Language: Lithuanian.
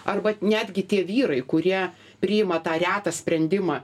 arba netgi tie vyrai kurie priima tą retą sprendimą